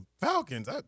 Falcons